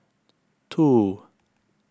two